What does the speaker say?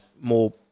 more